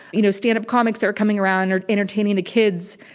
you know, stand-up comics are coming around, are entertaining the kids,